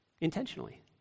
intentionally